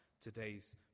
today's